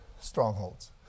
strongholds